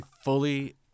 fully